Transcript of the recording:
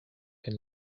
can